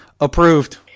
approved